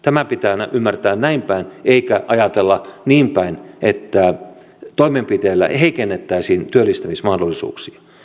tämä pitää ymmärtää näinpäin eikä ajatella niinpäin että toimenpiteillä heikennettäisiin työllistämismahdollisuuksia